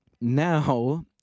now